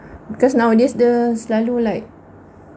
because nowadays dia selalu like